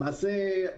למעשה,